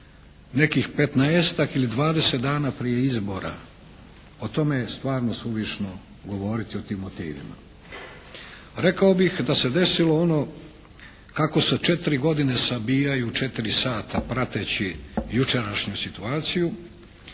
ili dvadeset dana prije izbora, o tome je stvarno suvišno govoriti o tim motivima. Rekao bih da se desilo ono kako se četiri godine sabijaju četiri sata prateći jučerašnju situaciju,